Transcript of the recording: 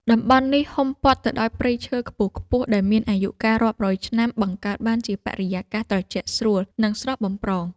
តំបន់នេះហ៊ុមព័ទ្ធទៅដោយព្រៃឈើខ្ពស់ៗដែលមានអាយុកាលរាប់រយឆ្នាំ បង្កើតបានជាបរិយាកាសត្រជាក់ស្រួល និងស្រស់បំព្រង។